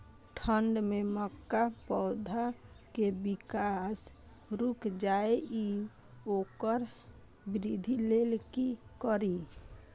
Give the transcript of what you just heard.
ठंढ में मक्का पौधा के विकास रूक जाय इ वोकर वृद्धि लेल कि करी?